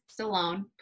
Stallone